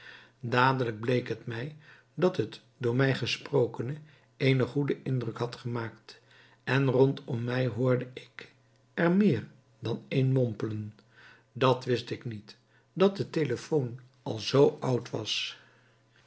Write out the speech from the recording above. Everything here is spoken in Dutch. dadelijk bleek het mij dat het door mij gesprokene eenen goeden indruk had gemaakt en rondom mij hoorde ik er meer dan een mompelen dat wist ik niet dat de telephone al zoo oud was